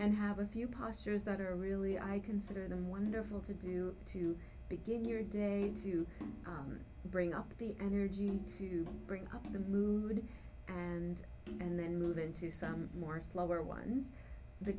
and have a few postures that are really i consider them wonderful to do to begin your day to bring up the energy to bring up the mood and and then move into some more slower ones t